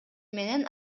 менен